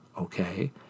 okay